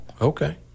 Okay